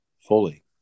fully